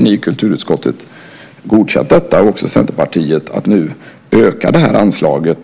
Ni i kulturutskottet, också Centerpartiet, har ju godkänt att nu öka detta anslag